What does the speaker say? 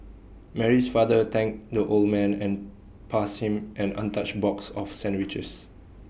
Mary's father thanked the old man and passed him an untouched box of sandwiches